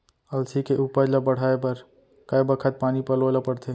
अलसी के उपज ला बढ़ए बर कय बखत पानी पलोय ल पड़थे?